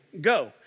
Go